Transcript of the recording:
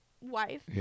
wife